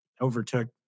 overtook